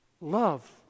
Love